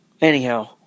Anyhow